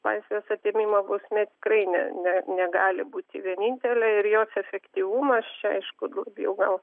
laisvės atėmimo bausmės tikrai ne ne negali būti vienintelė ir jos efektyvumas čia aišku daugiau gal